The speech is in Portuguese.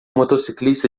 motociclista